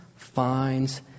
Finds